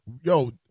yo